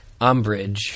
Umbridge